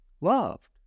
loved